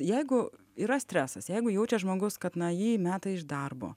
jeigu yra stresas jeigu jaučia žmogus kad na jį meta iš darbo